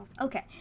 Okay